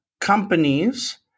companies